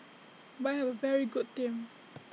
but I have A very good team